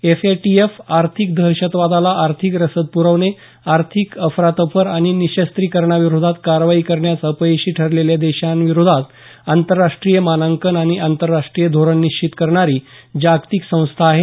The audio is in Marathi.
एफ ए टी एफ आर्थिक दहशतवादाला आर्थिक रसद पुरवणे आर्थिक अफरातफर आणि निशस्त्रीकरणाविरोधात कारवाई करण्यास अपयशी ठरलेल्या देशांविरोधात आंतरराष्ट्रीय मानांकन आणि आंतरराष्ट्रीय धोरण निश्चित करणारी जागतीक संस्था आहे